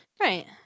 Right